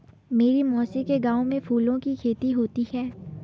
मेरी मौसी के गांव में फूलों की खेती होती है